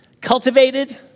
Cultivated